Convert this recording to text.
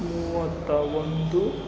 ಮೂವತ್ತ ಒಂದು